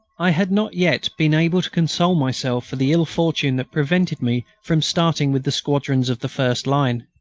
i had not yet been able to console myself for the ill-fortune that prevented me from starting with the squadrons of the first line.